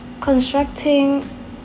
Constructing